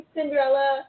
Cinderella